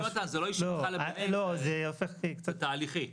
זה תהליכי.